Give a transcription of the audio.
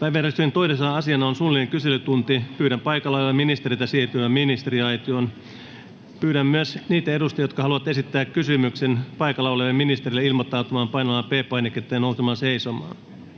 Päiväjärjestyksen 2. asiana on suullinen kyselytunti. Pyydän paikalla olevia ministereitä siirtymään ministeriaitioon. Pyydän myös niitä edustajia, jotka haluavat esittää kysymyksen paikalla olevalle ministerille, ilmoittautumaan painamalla P-painiketta ja nousemalla seisomaan.